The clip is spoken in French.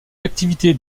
activités